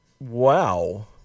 Wow